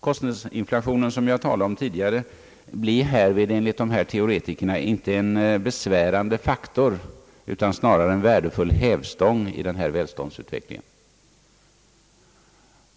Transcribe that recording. Kostnadsinflationen, som jag talade om tidigare, blir härvid enligt dessa teoretiker inte en besvärande faktor, utan snarare en värdefull hävstång i den här välståndsutvecklingen.